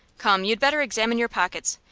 come, you'd better examine your pockets.